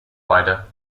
rider